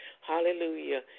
Hallelujah